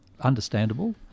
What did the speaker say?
understandable